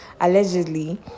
allegedly